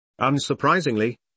Unsurprisingly